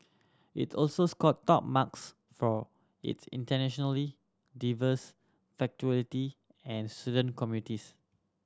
it also scored top marks for its internationally diverse faculty and student communities